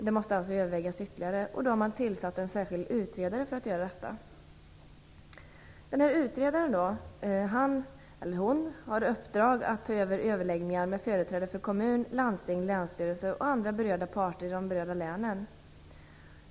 Frågan måste alltså övervägas ytterligare, och då har man tillsatt en särskild utredare. Utredaren har i uppdrag att ta upp överläggningar med företrädare för kommun, landsting, länsstyrelse och andra berörda parter i de berörda länen.